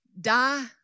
die